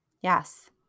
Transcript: Yes